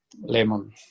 Lemon